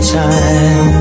time